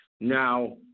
Now